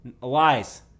lies